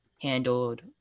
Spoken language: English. handled